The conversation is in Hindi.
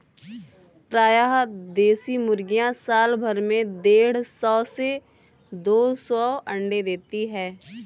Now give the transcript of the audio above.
प्रायः देशी मुर्गियाँ साल भर में देढ़ सौ से दो सौ अण्डे देती है